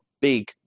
big